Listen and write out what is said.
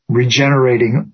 regenerating